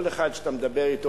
כל אחד שאתה מדבר אתו,